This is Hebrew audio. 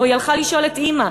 או שהיא הלכה לשאול את אימא.